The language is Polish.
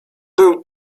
był